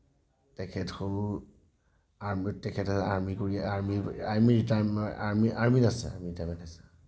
তেখেত হ'ল আৰ্মীত তেখেতে আৰ্মী কৰি আৰ্মী আৰ্মী ৰিটায়াৰমেণ্ট আৰ্মী আৰ্মীত আছে আৰ্মী ৰিটায়াৰমেণ্ট হৈছে